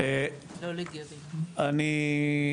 אני,